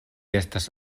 estas